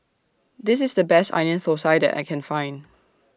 This IS The Best Onion Thosai that I Can Find